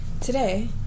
today